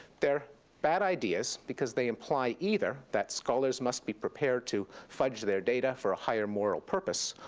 they're bad ideas because they imply, either that scholars must be prepared to fudge their data for a higher moral purpose,